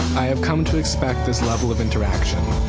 i have come to expect this level of interaction.